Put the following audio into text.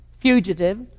fugitive